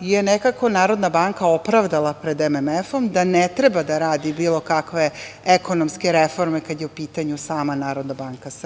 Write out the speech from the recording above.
je nekako NBS opravdala pred MMF-om, da ne treba da radi bilo kakve ekonomske reforme kada je u pitanju sama NBS,